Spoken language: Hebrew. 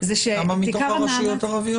זה שאת עיקר המאמץ --- כמה מתוך הרשויות הערביות?